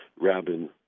Rabin